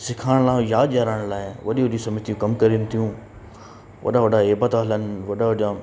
सेखारण लाइ ऐं यादि ॾियारण लाइ वॾियूं वॾियूं समितियूं कमु करनि थियूं वॾा वॾा एप था हलनि वॾा वॾा